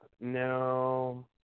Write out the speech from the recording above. no